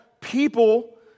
people